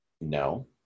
No